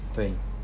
对